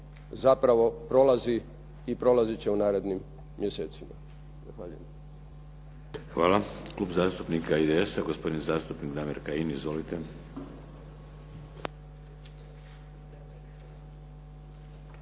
zapravo prolazi i prolazit će u narednim mjesecima. Zahvaljujem. **Šeks, Vladimir (HDZ)** Hvala. Klub zastupnika IDS-a, gospodin zastupnik Damir Kajin. Izvolite.